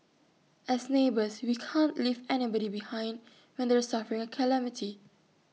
as neighbours we can't leave anybody behind when they're suffering A calamity